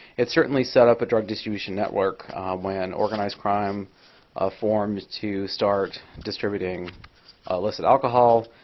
it certainly set up a drug distribution network when organized crime ah formed to start distributing illicit alcohol.